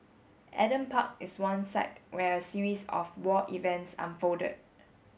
Adam Park is one site where a series of war events unfolded